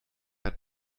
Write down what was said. ein